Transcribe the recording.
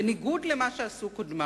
בניגוד למה שעשו קודמיו.